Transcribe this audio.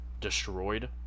destroyed